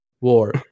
War